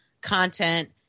content